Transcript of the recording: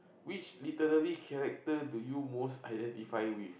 which literary character do you most identify with